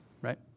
Right